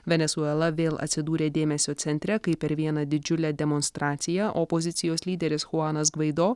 venesuela vėl atsidūrė dėmesio centre kai per vieną didžiulę demonstraciją opozicijos lyderis chuanas gvaido